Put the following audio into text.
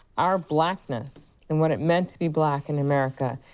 our blackness, and what it meant to be black in america,